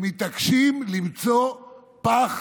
הם מתעקשים למצוא פך